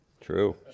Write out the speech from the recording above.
True